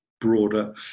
broader